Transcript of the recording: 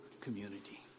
community